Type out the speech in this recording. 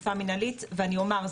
אכיפה מנהלית ואני אומר,